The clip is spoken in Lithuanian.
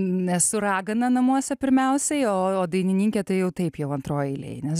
nesu ragana namuose pirmiausiai o dainininkė tai jau taip jau antroj eilėj nes